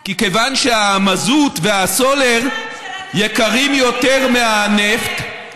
כי כיוון שהמזוט והסולר יקרים יותר מהנפט,